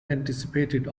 anticipated